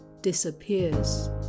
disappears